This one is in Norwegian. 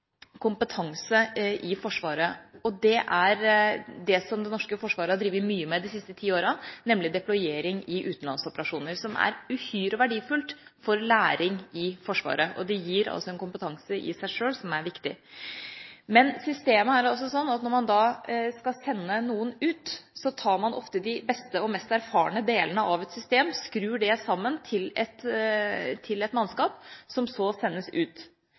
i Forsvaret, og det er det som det norske forsvaret har drevet mye med de siste ti åra, nemlig deployering i utenlandsoperasjoner, som er uhyre verdifullt for læring i Forsvaret – det gir en kompetanse i seg sjøl som er viktig. Men systemet er sånn at når man skal sende noen ut, tar man ofte de beste og mest erfarne delene av et system, skrur det sammen til et mannskap, som så sendes ut.